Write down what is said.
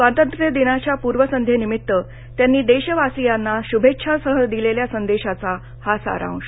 स्वातंत्र्यदिनाच्या पूर्वसंध्येनिमित्त त्यांनी देशवासियांना शुभेच्छांसह दिलेल्या संदेशाचा हा सारांश